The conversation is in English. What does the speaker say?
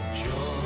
joy